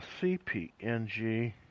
CPNG